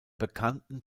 bekannten